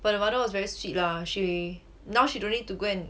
but the mother was very sweet lah she now she don't need to go and